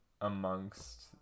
amongst